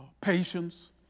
Patience